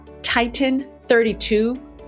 Titan32